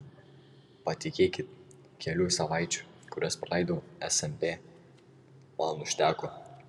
patikėkit kelių savaičių kurias praleidau smp man užteko